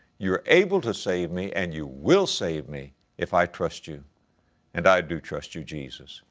you're able to save me and you will save me if i trust you and i do trust you jesus.